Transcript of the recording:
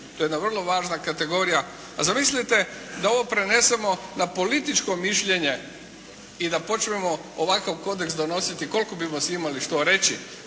To je jedna vrlo važna kategorija. A zamislite da ovo prenesemo na političko mišljenje i da počnemo ovakav kodeks donositi koliko bismo si imali što reći,